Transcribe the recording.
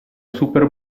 super